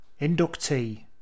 inductee